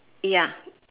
ya